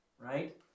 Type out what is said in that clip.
right